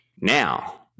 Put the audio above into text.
Now